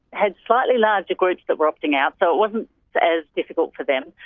had slightly larger groups that were opting out, so it wasn't as difficult for them,